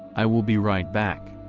i will be right back.